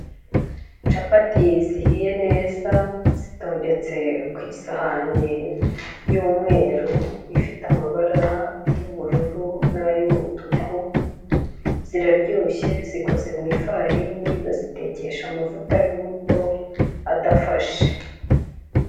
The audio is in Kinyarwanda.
Capati zihiye neza zitondetse ku isahani y'umweru ifite amabara y'ubururu n'ay'umutuku ziraryoshye zikoze mu ifarini bazitekesha amavuta y'ubuto adafashe.